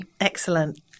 Excellent